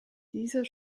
dieser